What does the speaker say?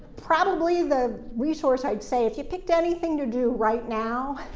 probably, the resource i'd say, if you picked anything to do right now,